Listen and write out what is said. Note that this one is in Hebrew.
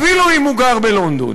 אפילו אם הוא גר בלונדון.